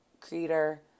creator